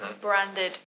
branded